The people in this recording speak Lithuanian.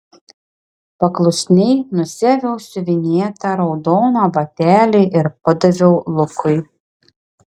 paklusniai nusiaviau siuvinėtą raudoną batelį ir padaviau lukui